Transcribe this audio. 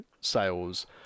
sales